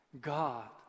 God